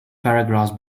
paragraphs